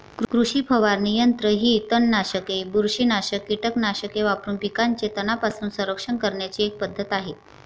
कृषी फवारणी यंत्र ही तणनाशके, बुरशीनाशक कीटकनाशके वापरून पिकांचे तणांपासून संरक्षण करण्याची एक पद्धत आहे